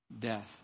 death